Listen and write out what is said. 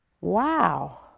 Wow